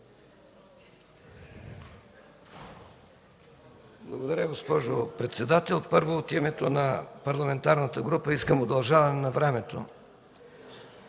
Благодаря, госпожо председател. Първо, от името на Парламентарната група искам удължаване на времето.